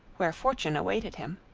where fortune awaited him.